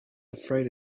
afraid